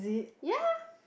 ya